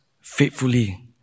faithfully